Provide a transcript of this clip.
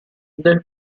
del